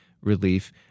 relief